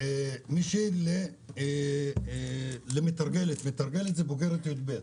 ראיינתי מישהי לתפקיד מתרגלת, שזה בוגרת י"ב.